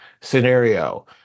scenario